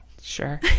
Sure